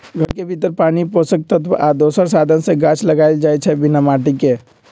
घर के भीतर पानी पोषक तत्व आ दोसर साधन से गाछ लगाएल जाइ छइ बिना माटिके